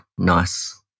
Nice